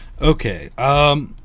Okay